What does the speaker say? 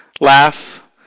laugh